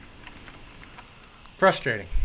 Frustrating